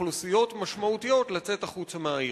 אוכלוסיות משמעותיות לצאת החוצה מהעיר.